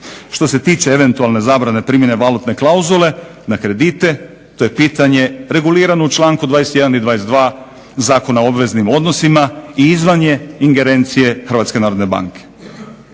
"Što se tiče eventualne zabrane primjene valutne klauzule na kredite to je pitanje regulirano u članku 21. i 22. Zakona o obveznim odnosima i izvan je ingerencije